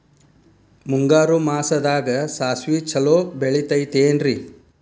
ಮುಂಗಾರು ಮಾಸದಾಗ ಸಾಸ್ವಿ ಛಲೋ ಬೆಳಿತೈತೇನ್ರಿ?